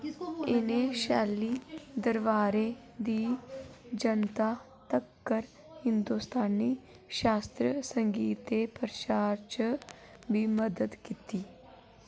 इ'नें शैली दरबारें दी जनता तक्कर हिंदुस्तानी शास्त्रीय संगीत दे प्रसार च बी मदद कीती